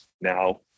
now